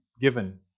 given